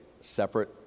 separate